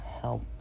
help